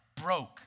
broke